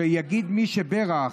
שיגיד "מי שברך"